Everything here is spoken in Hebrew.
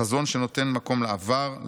חזון שנותן מקום לעבר,